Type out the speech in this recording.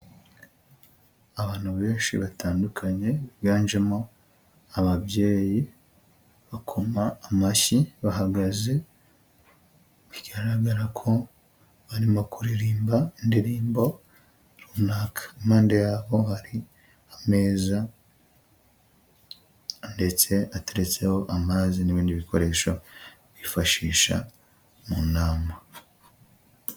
Abantu benshi batandukanye biganjemo ababyeyi bakoma amashyi bahagaze, bigaragara ko barimo kuririmba indirimbo runaka, impande yabo hari ameza ndetse ateretseho amazi n'ibindi bikoresho bifashisha mu nama.